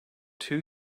two